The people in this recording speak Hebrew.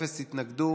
אפס התנגדו,